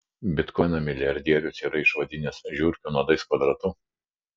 bitkoiną milijardierius yra išvadinęs žiurkių nuodais kvadratu